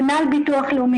כנ"ל הביטוח הלאומי,